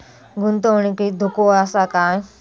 गुंतवणुकीत धोको आसा काय?